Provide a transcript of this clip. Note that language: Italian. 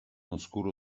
oscuro